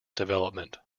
development